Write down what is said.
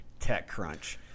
TechCrunch